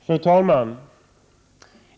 Fru talman!